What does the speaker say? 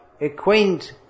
acquaint